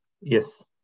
Yes